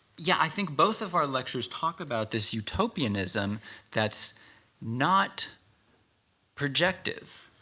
yeah i think both of our lectures talk about this utopianism that's not projective.